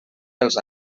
dels